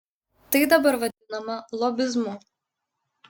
tai dabar vadinama lobizmu